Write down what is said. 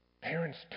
Parents